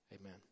Amen